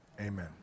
Amen